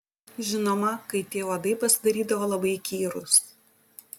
žinoma kai tie uodai pasidarydavo labai įkyrūs